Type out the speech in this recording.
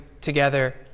together